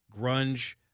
Grunge